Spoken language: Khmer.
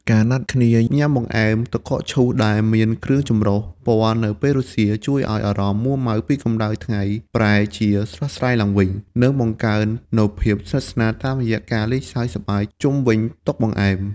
ការណាត់គ្នាញ៉ាំបង្អែមទឹកកកឈូសដែលមានគ្រឿងចម្រុះពណ៌នៅពេលរសៀល ជួយឱ្យអារម្មណ៍មួម៉ៅពីកម្ដៅថ្ងៃប្រែជាស្រស់ស្រាយឡើងវិញ និងបង្កើននូវភាពស្និទ្ធស្នាលតាមរយៈការសើចសប្បាយជុំវិញតុបង្អែម។